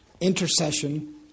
intercession